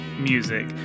music